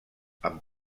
amb